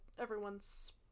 everyone's